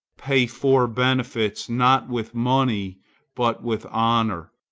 pay for benefits not with money but with honor,